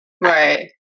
Right